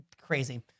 crazy